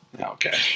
Okay